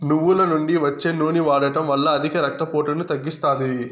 నువ్వుల నుండి వచ్చే నూనె వాడడం వల్ల అధిక రక్త పోటును తగ్గిస్తాది